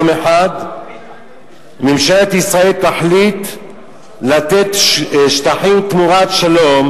יום אחד ממשלת ישראל תחליט לתת שטחים תמורת שלום,